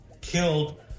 killed